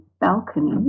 balcony